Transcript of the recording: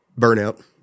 Burnout